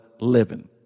living